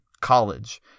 college